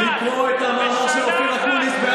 לקרוא את המאמר של אופיר אקוניס, בשנה אחת.